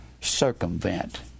circumvent